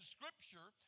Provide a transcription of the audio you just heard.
Scripture